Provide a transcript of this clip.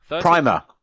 Primer